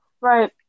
Right